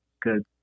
good